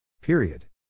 Period